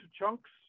chunks